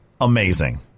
Amazing